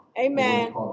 Amen